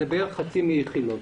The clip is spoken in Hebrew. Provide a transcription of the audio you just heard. זה בערך חצי מאיכילוב.